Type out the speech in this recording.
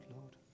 Lord